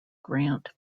grant